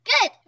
Good